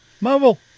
Marvel